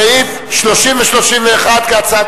סעיפים 30 31, כהצעת